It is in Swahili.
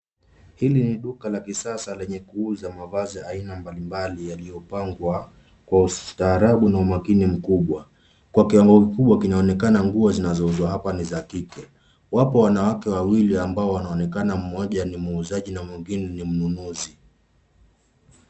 Hili ni duka la kisasa lenye kuuza mavazi aina mbali mbali yaliyopangwa kwa ustaarabu na umakini mkubwa. Kwa kiwango kikubwa kinaonekana nguo zinazouzwa hapa ni za kike. Wapo wanawake wawili ambao wanaonekana mmoja ni muuzaji na mwingine ni mnunuzi.